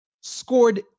scored